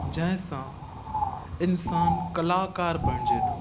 जंहिं सां इंसान कलाकार बणिजे थो